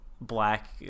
black